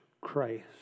Christ